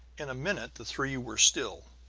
in a minute the three were still.